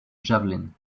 javelin